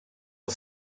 are